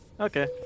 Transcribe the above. Okay